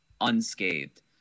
unscathed